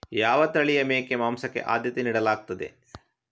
ಯಾವ ತಳಿಯ ಮೇಕೆ ಮಾಂಸಕ್ಕೆ ಆದ್ಯತೆ ನೀಡಲಾಗ್ತದೆ?